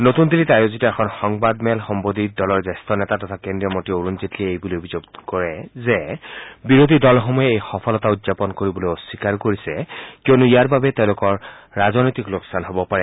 নতুন দিল্লীত আয়োজিত এখন সংবাদমেল সম্বোধি দলৰ জ্যেষ্ঠ নেতা তথা কেন্দ্ৰীয় মন্নী অৰুণ জেটলীয়ে এই বুলি অভিযোগ কৰে যে বিৰোধী দলসমহে এই সফলতা উদযাপন কৰিবলৈ অস্বীকাৰ কৰিছে কিয়নো ইয়াৰ বাবে তেওঁলোকৰ ৰাজনৈতিকভাৱে লোকচান হ'ব পাৰে